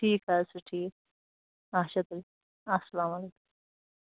ٹھیٖک حظ چھُ ٹھیٖک اَچھا تُلِو اَسلام علیکُم